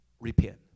repent